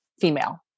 female